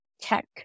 tech